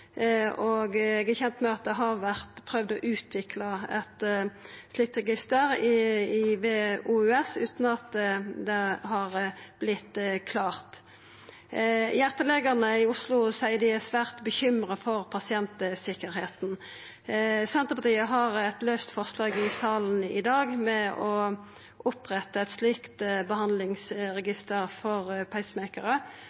og eg er kjend med at det har vore prøvd å utvikla eit slikt register ved OUS, utan at det har vorte klart. Hjartelegane i Oslo seier dei er svært bekymra for pasientsikkerheita. Senterpartiet har eit laust forslag i salen i dag om å oppretta eit slikt